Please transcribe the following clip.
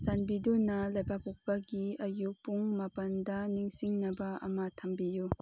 ꯆꯥꯟꯕꯤꯗꯨꯅ ꯂꯩꯕꯥꯛ ꯄꯣꯛꯄꯒꯤ ꯑꯌꯨꯛ ꯄꯨꯡ ꯃꯥꯄꯜꯗ ꯅꯤꯡꯁꯤꯡꯅꯕ ꯑꯃ ꯊꯝꯕꯤꯌꯨ